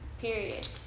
Period